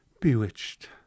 bewitched